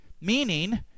Meaning